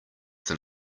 than